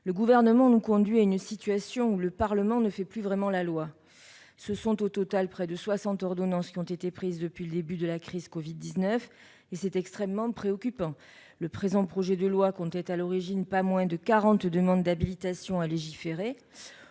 le Gouvernement nous conduit à une situation où le Parlement ne fait plus vraiment la loi. Au total, près de soixante ordonnances ont été prises depuis le début de la crise du Covid-19, et c'est extrêmement préoccupant. Le présent projet de loi comptait à l'origine pas moins de quarante demandes d'habilitation à légiférer.